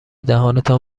دهانتان